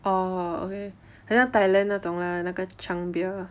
orh okay 很像 thailand 那种 lah 那个 chang beer